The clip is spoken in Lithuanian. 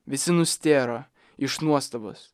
visi nustėro iš nuostabos